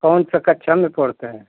कौनसी कक्षा में पढ़ते हैं